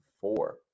four